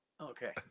Okay